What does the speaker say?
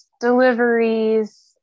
deliveries